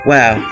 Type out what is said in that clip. Wow